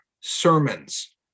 sermons